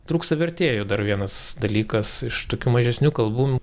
trūksta vertėjų dar vienas dalykas iš tokių mažesnių kalbų